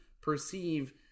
perceive